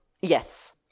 yes